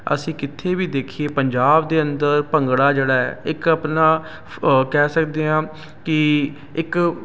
ਅਸੀਂ ਕਿੱਥੇ ਵੀ ਦੇਖੀਏ ਪੰਜਾਬ ਦੇ ਅੰਦਰ ਭੰਗੜਾ ਜਿਹੜਾ ਹੈ ਇੱਕ ਆਪਣਾ ਫ ਕਹਿ ਸਕਦੇ ਹਾਂ ਕਿ ਇੱਕ